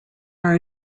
are